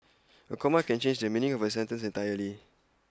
A comma can change the meaning of A sentence entirely